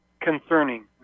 concerning